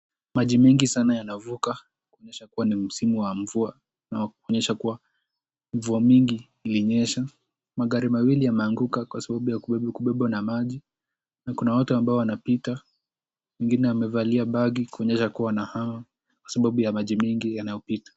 Maji mingi sana yanavuka, kuonyesha kuwa ni msimu wa mvua, na kuonyesha kuwa mvua mingi ilinyesha, magari mawili yameanguka kwa sababu ya kubebwa na maji. Na Kuna watu ambao wanapita, wengine wamevalia bagi kuonyesha kuwa wanahama kwa sababu ya maji mingi yanaopita.